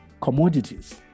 commodities